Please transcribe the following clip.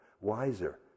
wiser